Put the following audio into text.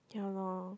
ya lor